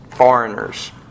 Foreigners